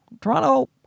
Toronto